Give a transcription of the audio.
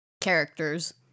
characters